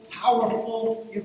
powerful